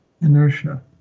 Inertia